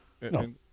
No